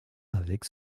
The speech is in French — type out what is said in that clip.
avec